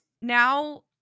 Now